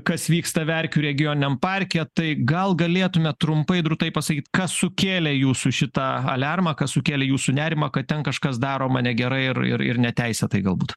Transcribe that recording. kas vyksta verkių regioniniam parke tai gal galėtumėt trumpai drūtai pasakyti kas sukėlė jūsų šitą aliarmą kas sukėlė jūsų nerimą kad ten kažkas daroma negerai ir ir ir neteisėtai galbūt